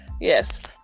Yes